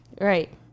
right